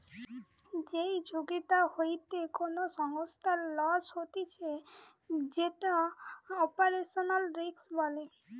যেই ঝুঁকিটা হইতে কোনো সংস্থার লস হতিছে যেটো অপারেশনাল রিস্ক বলে